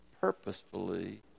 purposefully